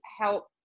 help